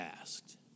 asked